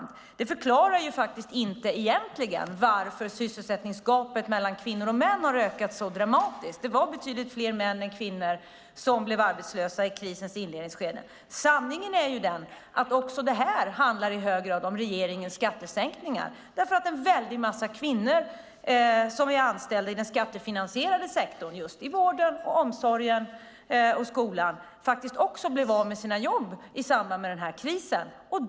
Det förklarar egentligen inte varför sysselsättningsgapet mellan kvinnor och män har ökat så dramatiskt. Det var ju betydligt fler män än kvinnor som blev arbetslösa i krisens inledningsskede. Sanningen är den att också det här i hög grad handlar om regeringens skattesänkningar, därför att en väldig massa kvinnor som var anställda i den skattefinansierade sektor - i vården, omsorgen och skolan - också blev av med sina jobb i samband med krisen.